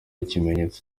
ikimenyetso